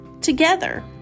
together